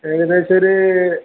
ഏകദേശം ഒരു